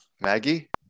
Maggie